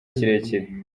kirekire